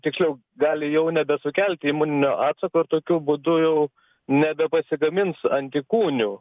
tiksliau gali jau nebesukelti imuninio atsako tokiu būdu jau nebepasigamins antikūnių